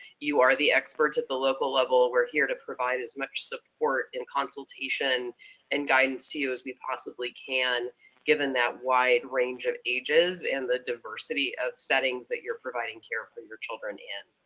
you are the experts at the local level. we're here to provide as much support in consultation and guidance to you as we possibly can given that wide range of ages and the diversity of settings that you're providing care for your children in.